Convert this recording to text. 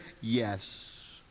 Yes